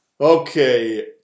Okay